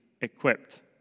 equipped